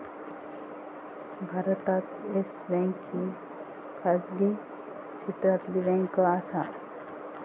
भारतात Yes Bank ही खाजगी क्षेत्रातली बँक आसा